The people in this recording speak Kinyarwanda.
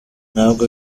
ntabwo